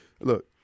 Look